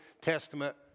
Testament